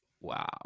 Wow